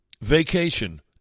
vacation